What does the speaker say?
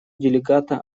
делегата